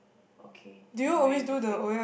okay that's very interesting